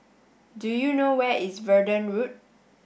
do you know where is Verdun Road